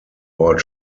ort